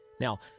Now